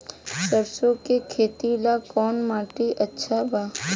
सरसों के खेती ला कवन माटी अच्छा बा?